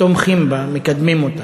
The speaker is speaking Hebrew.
תומכים בה, מקדמים אותה.